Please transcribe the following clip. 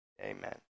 Amen